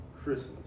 Christmas